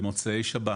במוצאי שבת